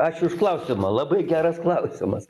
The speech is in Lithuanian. ačiū už klausimą labai geras klausimas